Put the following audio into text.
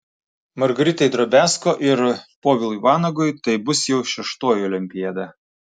margaritai drobiazko ir povilui vanagui tai bus jau šeštoji olimpiada